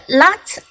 lots